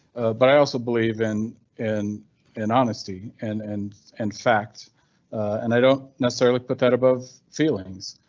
but i also believe in and and honesty and and and fact and i don't necessarily put that above feelings.